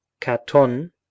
Katon